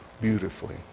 beautifully